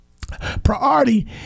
Priority